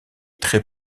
très